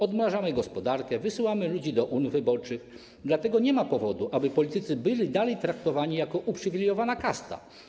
Odmrażamy gospodarkę, wysyłamy ludzi do urn wyborczych, dlatego nie ma powodu, aby politycy byli dalej traktowani jak uprzywilejowana kasta.